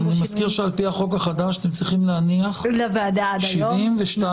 אני מזכיר שעל פי החוק החדש אתם צריכים להניח 72 שעות,